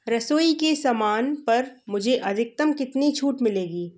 रसोई के सामान पर मुझे अधिकतम कितनी छूट मिलेगी